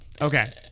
Okay